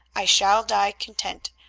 i shall die content,